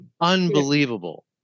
unbelievable